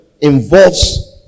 involves